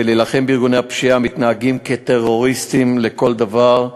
ולהילחם בארגוני הפשיעה המתנהגים כטרוריסטים לכל דבר,